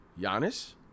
Giannis